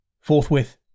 Forthwith